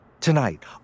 Tonight